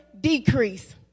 decrease